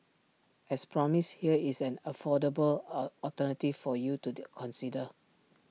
as promised here is an affordable A alternative for you to the consider